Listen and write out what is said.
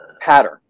pattern